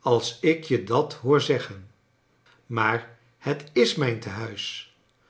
als ik je dat hoor zeggen maar het is mijn tenuis